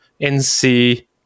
nc